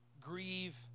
grieve